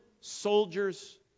soldiers